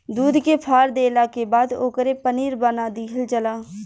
दूध के फार देला के बाद ओकरे पनीर बना दीहल जला